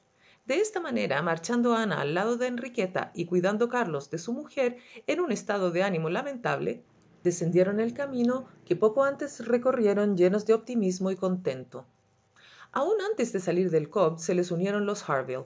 esta manera marchando ana al lado de enriqueta y cuidando carlos de su mujer en un estado de ánimo lamentable descendieron el camino que poco antes recorrieron llenos de optimismo y contento aun antes de salir del cobb se les unieron los